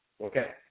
Okay